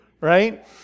right